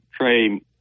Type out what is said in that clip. Trey